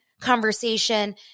conversation